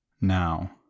now